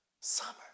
summer